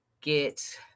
get